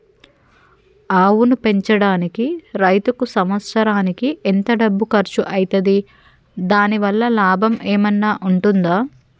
ఆవును పెంచడానికి రైతుకు సంవత్సరానికి ఎంత డబ్బు ఖర్చు అయితది? దాని వల్ల లాభం ఏమన్నా ఉంటుందా?